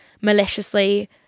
maliciously